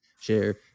share